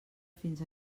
fins